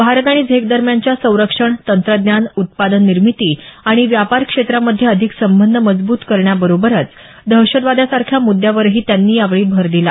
भारत आणि झेक दरम्यानच्या संरक्षण तंत्रज्ञान उत्पादन निर्मिती आणि व्यापार क्षेत्रामध्ये अधिक संबंध मजबूत करण्याबरोबरच दहशतवादासारख्या मुद्द्यावरही त्यांनी यावेळी भर दिला